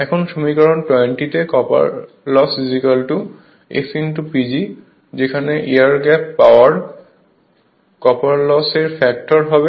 এখন সমীকরণ 20 তে কপার লস S PG যেখানে air gap power copper loss এর ফ্যাক্টর হবে